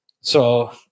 So-